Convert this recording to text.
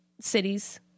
cities